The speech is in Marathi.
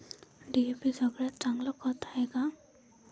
डी.ए.पी सगळ्यात चांगलं खत हाये का?